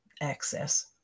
access